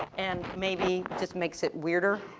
and maybe just makes it weirder.